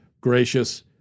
gracious